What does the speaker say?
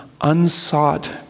unsought